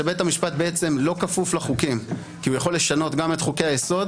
בית המשפט לא מוסמך לפסול את חוקי הפרלמנט.